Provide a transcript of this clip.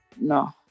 no